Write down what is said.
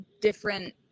different